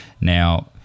Now